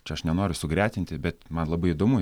čia aš nenoriu sugretinti bet man labai įdomu